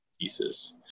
pieces